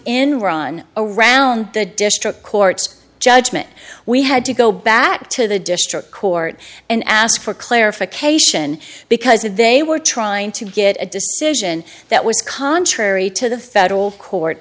enron around the district court's judgment we had to go back to the district court and ask for clarification because if they were trying to get a decision that was contrary to the federal court